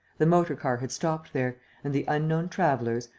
the motor-car had stopped there and the unknown travellers,